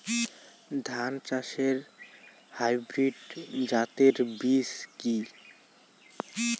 ধান চাষের হাইব্রিড জাতের বীজ কি?